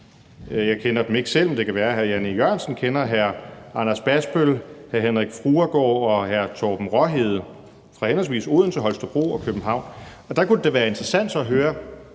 Jeg kender dem ikke selv, men det kan være, at hr. Jan E. Jørgensen kender Anders Basbøll, Henrik Fruergaard og Torben Raahede fra henholdsvis Odense, Holstebro og København. Der kunne det da være interessant at høre,